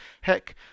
Heck